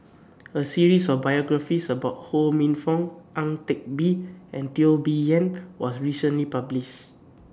A series of biographies about Ho Minfong Ang Teck Bee and Teo Bee Yen was recently published